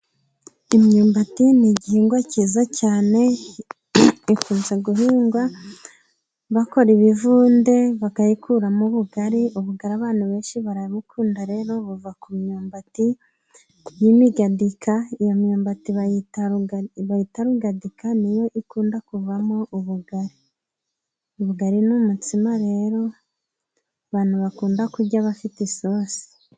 Imyumbati ni igihingwa cyiza cyane, ikunze guhingwa bakora ibivunde bakayikuramo ubugari, ubugara abantu benshi barabukunda rero buva ku myumbati y'imigandika iyo myumbati bayita rugatidika, niyo ikunda kuvamoriri numutsima rero abantu bakunda kurya bafite isosi.